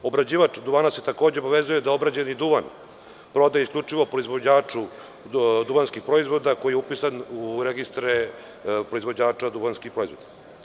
Obrađivač duvana se takođe obavezuje da obrađeni duvan prodaje isključivo proizvođaču duvanskih proizvoda koji je upisan u registre proizvođača duvanskih proizvoda.